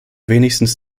wenigstens